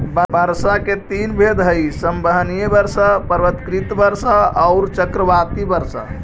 वर्षा के तीन भेद हई संवहनीय वर्षा, पर्वतकृत वर्षा औउर चक्रवाती वर्षा